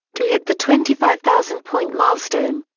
to hit the twenty five thousand point milestone.